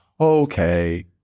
okay